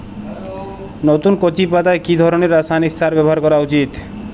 নতুন কচি পাতায় কি ধরণের রাসায়নিক সার ব্যবহার করা উচিৎ?